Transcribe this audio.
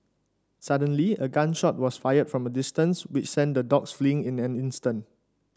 suddenly a gun shot was fired from the distance which sent the dogs fleeing in an instant